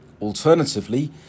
Alternatively